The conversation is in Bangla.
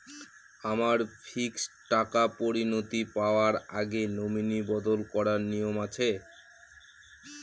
আমার ফিক্সড টাকা পরিনতি পাওয়ার আগে নমিনি বদল করার নিয়ম আছে?